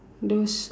those uh